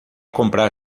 comprar